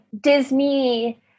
Disney